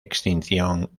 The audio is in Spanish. extinción